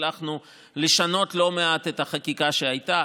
והצלחנו לשנות לא מעט את החקיקה שהייתה.